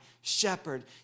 shepherd